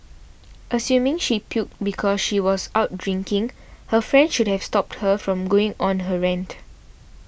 assuming she puked because she was out drinking her friend should have stopped her from going on her rant